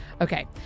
Okay